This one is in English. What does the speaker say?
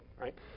right